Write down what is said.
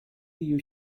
you